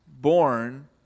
born